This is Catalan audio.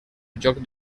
lloc